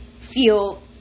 feel